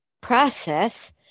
process